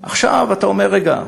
עכשיו, אתה אומר: רגע.